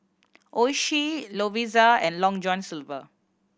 Oishi Lovisa and Long John Silver